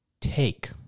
take